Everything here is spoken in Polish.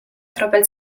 kropel